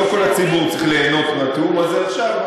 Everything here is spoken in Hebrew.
לא כל הציבור צריך ליהנות מהתיאום הזה עכשיו,